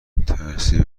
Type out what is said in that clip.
ترسیدی